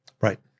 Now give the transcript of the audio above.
Right